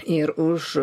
ir už